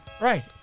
Right